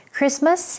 Christmas